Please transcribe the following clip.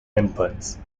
inputs